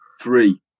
three